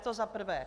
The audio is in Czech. To za prvé.